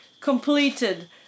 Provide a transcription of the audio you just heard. completed